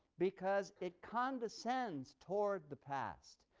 because it condescends toward the past.